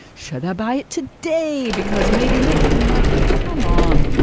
should i buy it today? because maybe next and like, come on.